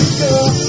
girl